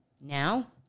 Now